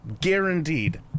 guaranteed